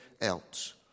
else